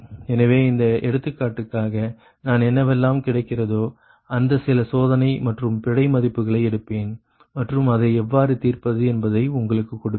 எனவே இந்த எடுத்துக்காட்டுக்காக நான் என்னவெல்லாம் கிடைக்கிறதோ அந்த சில சோதனை மற்றும் பிழை மதிப்புகளை எடுப்பேன் மற்றும் அதை எவ்வாறு தீர்ப்பது என்பதை உங்களுக்கு கொடுப்பேன்